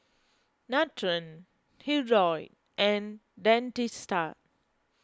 Nutren Hirudoid and Dentiste